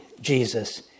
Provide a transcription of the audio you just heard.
Jesus